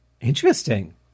Interesting